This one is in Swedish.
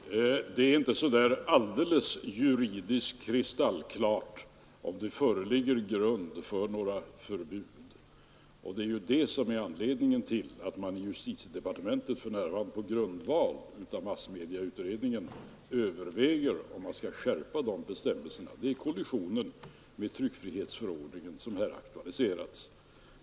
Herr talman! Det är inte juridiskt alldeles kristallklart om det föreligger grund för några förbud, och det är ju det som är anledningen till att man inom justitiedepartementet för närvarande på grundval av massmedieutredningen överväger om man skall skärpa de bestämmelserna. Det är kollisionen med tryckfrihetsförordningen som här aktualiserats.